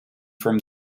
from